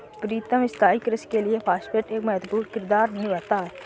प्रीतम स्थाई कृषि के लिए फास्फेट एक महत्वपूर्ण किरदार निभाता है